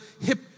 hip